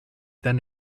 then